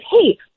hey